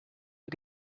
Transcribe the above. you